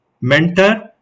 mentor